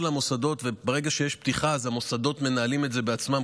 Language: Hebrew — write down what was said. ברגע שיש פתיחה, המוסדות מנהלים את זה בעצמם.